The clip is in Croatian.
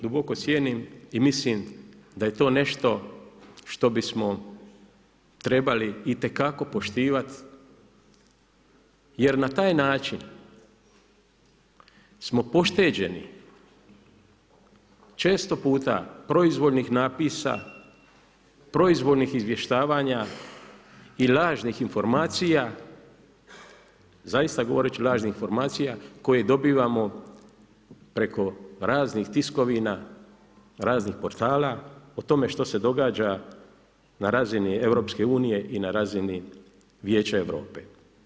Duboko cijenim i mislim da je to nešto što bismo trebali itekako poštivat jer na taj način smo pošteđeni često puta proizvoljnih napisa, proizvoljnih izvještavanja i lažnih informacija, zaista govoreći lažnih informacija koje dobivamo preko raznih tiskovina, raznih portala o tome što se događa na razini EU i na razini Vijeća Europe.